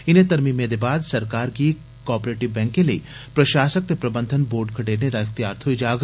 इनें तरमीमें दे बाद सरकार गी कोआपरेटिव बैंकें लेई प्रशासन ते प्रबंधन बोर्ड खडेरने दा इख्तयार थोई जाग